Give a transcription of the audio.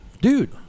dude